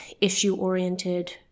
issue-oriented